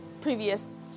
previous